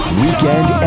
weekend